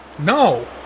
No